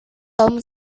tom